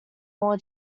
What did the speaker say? more